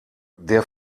der